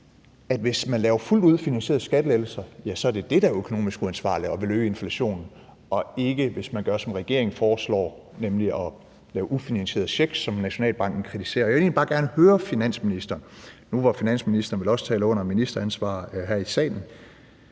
hvis man laver fuldt ud finansierede skattelettelser, så er det det, der er økonomisk uansvarligt og vil øge inflationen, og ikke, hvis man gør som regeringen foreslår, nemlig at give ufinansierede checks, som Nationalbanken kritiserer. Jeg vil egentlig bare gerne høre finansministeren nu, hvor finansministeren vel også taler under ministeransvar her i salen: